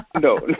no